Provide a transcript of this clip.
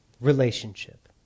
Relationship